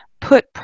put